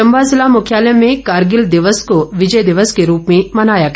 चंबा जिला मुख्यालय में कारगिल दिवस को विजय दिवस के रूप में मनाया गया